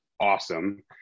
awesome